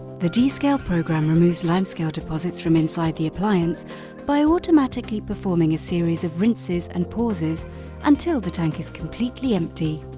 the descale programme removes limescale deposits from inside the appliance by automatically performing a series of rinses and pauses until the tank is completely empty.